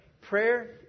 Prayer